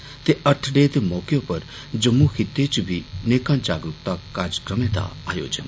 अर्थ डे दे मौके उप्पर जम्मू खित्ते च बी नेकां जागरूकता कार्यक्रमें दा आयोजन